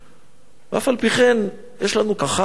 ואף-על-פי-כן יש לנו כבוד והערכה כלפי המצרים שבכל